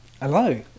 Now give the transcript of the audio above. Hello